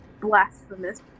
Blasphemous